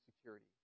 security